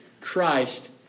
Christ